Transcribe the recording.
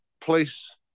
place